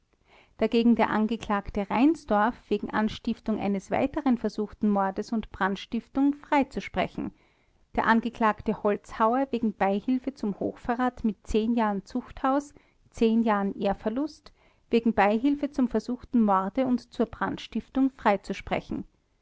dagegen der angeklagte reinsdorf wegen anstiftung eines weiteren versuchten mordes und brandstiftung freizusprechen der angeklagte holzhauer wegen beihilfe zum hochverrat mit jahren zuchthaus jahren ehrverlust wegen beihilfe zum versuchten morde und zur brandstiftung freizusprechen